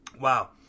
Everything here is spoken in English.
Wow